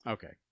Okay